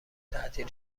تعطیل